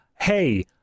hey